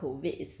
ya